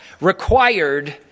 required